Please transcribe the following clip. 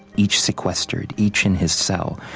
each sequestered, each in his cell.